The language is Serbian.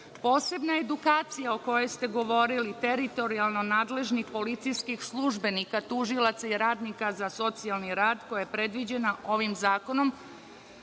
zakona. Posebna edukacija, o kojoj ste govorili, teritorijalno nadležnih policijskih službenika, tužilaca i radnika za socijalni rad, koja je predviđena ovim zakonom,